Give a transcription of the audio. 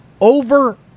Over